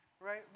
right